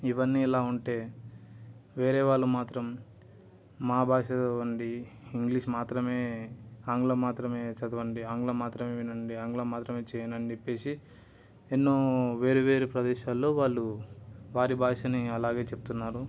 ఇవన్నీ ఇలా ఉంటే వేరే వాళ్ళు మాత్రం మా భాష చదవండి ఇంగ్లీష్ మాత్రమే ఆంగ్లం మాత్రమే చదవండి ఆంగ్లం మాత్రమే వినండి ఆంగ్లం మాత్రమే చెయ్యండి అని చెప్పేసి ఎన్నో వేరువేరు ప్రదేశాలలో వాళ్ళు వారి భాషని అలాగే చెప్తున్నారు